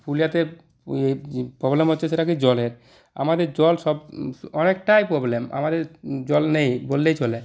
পুরুলিয়াতে যে প্রবলেম হচ্ছে সেটা কী জলের আমাদের জল সব অনেকটাই প্রবলেম আমাদের জল নেই বললেই চলে